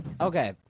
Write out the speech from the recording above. Okay